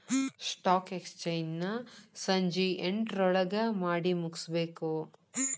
stock exchange ನ ಸಂಜಿ ಎಂಟ್ರೊಳಗಮಾಡಿಮುಗ್ಸ್ಬೇಕು